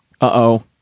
Uh-oh